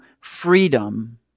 freedom